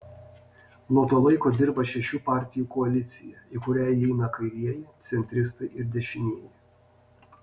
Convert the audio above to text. nuo to laiko dirba šešių partijų koalicija į kurią įeina kairieji centristai ir dešinieji